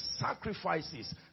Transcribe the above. sacrifices